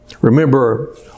Remember